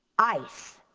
ice,